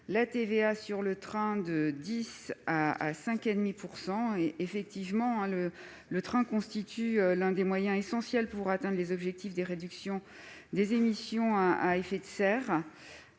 billets de train de 10 % à 5,5 %. En effet, le train constitue l'un des moyens essentiels pour atteindre les objectifs de réduction des émissions de gaz à effet de serre